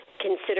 consider